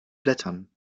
blättern